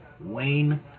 Wayne